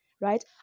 right